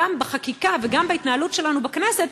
גם בחקיקה וגם בהתנהלות שלנו בכנסת,